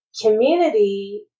community